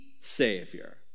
Savior